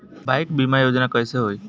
Bike बीमा योजना कैसे होई?